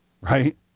Right